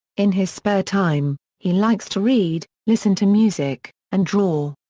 in his spare time, he likes to read, listen to music, and draw.